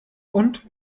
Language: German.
und